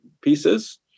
pieces